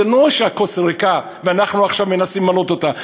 זה לא שהכוס ריקה ואנחנו עכשיו מנסים למלא אותה.